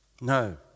no